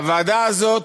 והוועדה הזאת,